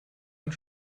und